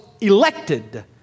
elected